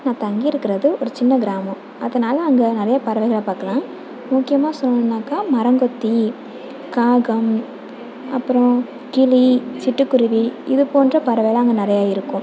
நான் தங்கி இருக்கிறது ஒரு சின்ன கிராமம் அதனால் அங்கே நிறையா பறவைகளை பார்க்கலாம் முக்கியமாக சொல்ணும்னாக்கா மரங்கொத்தி காகம் அப்புறோம் கிளி சிட்டுக்குருவி இதுபோன்ற பறவைலாம் அங்கே நிறையா இருக்கும்